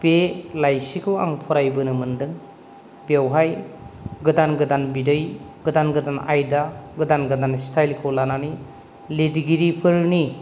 बे लाइसिखौ आं फरायबोनो मोनदों बेयावहाय गोदान गोदान बिदै गोदान गोदान आयदा गोदान गोदान स्थाइलखौ लानानै लिरगिरिफोरनि